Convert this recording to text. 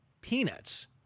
peanuts